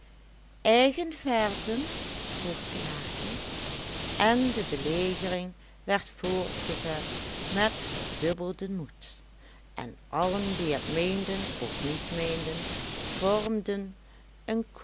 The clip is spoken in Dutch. eigen verzen vroeg klaartje en de belegering werd voortgezet met verdubbelden moed en allen die het meenden of niet meenden vormden een